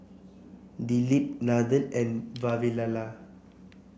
Dilip Nathan and Vavilala